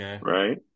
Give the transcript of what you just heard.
Right